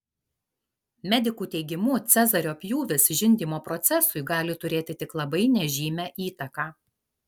medikų teigimu cezario pjūvis žindymo procesui gali turėti tik labai nežymią įtaką